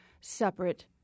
separate